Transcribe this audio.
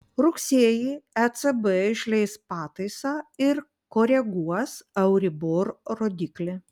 rugsėjį ecb išleis pataisą ir koreguos euribor rodiklį